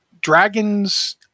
dragons